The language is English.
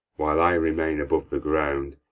while i remain above the ground,